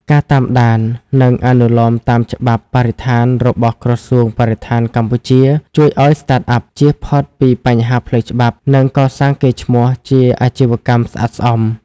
ការតាមដាន និងអនុលោមតាមច្បាប់បរិស្ថានរបស់ក្រសួងបរិស្ថានកម្ពុជា ជួយឱ្យ Startup ជៀសផុតពីបញ្ហាផ្លូវច្បាប់ និងកសាងកេរ្តិ៍ឈ្មោះជាអាជីវកម្មស្អាតស្អំ។